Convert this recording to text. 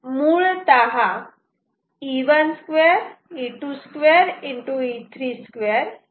तर मुळतः ही स्क्वेअर एरर आहे